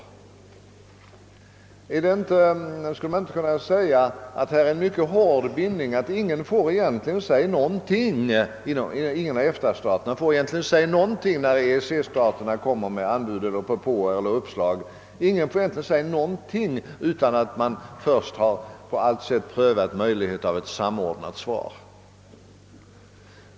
Skulle man inte kunna säga att det innebär en mycket hård bindning att ingen EFTA-stat egentligen får säga någonting — när EECsstaterna kommer med anbud, propåer eller uppslag — utan att först på allt sätt ha prövat möjligheten att lämna ett samordnat svar?